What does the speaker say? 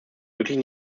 wirklich